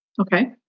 Okay